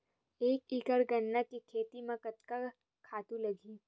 एक एकड़ गन्ना के खेती म कतका खातु लगही?